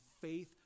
faith